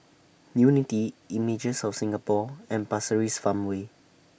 Unity Images of Singapore and Pasir Ris Farmway